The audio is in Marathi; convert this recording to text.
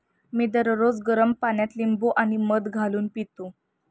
मी दररोज गरम पाण्यात लिंबू आणि मध घालून पितो